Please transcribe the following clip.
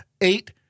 Eight